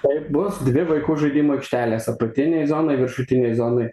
taip bus dvi vaikų žaidimo aikštelės apatinėj zonoj viršutinėj zonoj